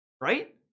right